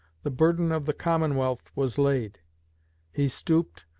the burden of the commonwealth, was laid he stooped,